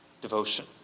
devotion